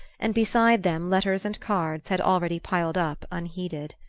and beside them letters and cards had already piled up unheeded.